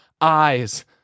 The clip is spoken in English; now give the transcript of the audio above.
eyes